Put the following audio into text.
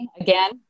again